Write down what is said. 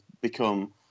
become